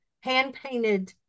hand-painted